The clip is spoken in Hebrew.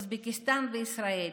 אוזבקיסטן וישראל.